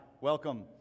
welcome